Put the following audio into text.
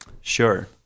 Sure